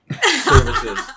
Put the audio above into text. services